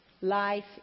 Life